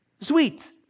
Sweet